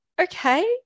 okay